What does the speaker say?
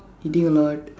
eating a lot